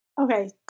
Okay